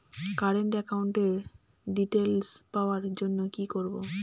Current একাউন্টের details পাওয়ার জন্য কি করব?